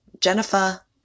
Jennifer